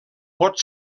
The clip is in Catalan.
pot